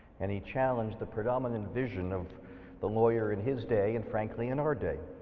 and he challenged the predominant vision of the lawyer in his day and frankly in our day.